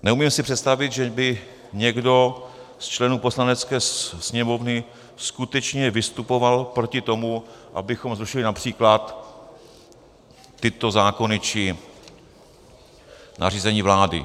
Neumím si představit, že by někdo z členů Poslanecké sněmovny skutečně vystupoval proti tomu, abychom zrušili například tyto zákony či nařízení vlády.